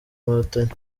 inkotanyi